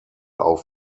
auf